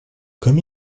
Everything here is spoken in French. comme